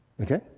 Okay